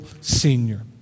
senior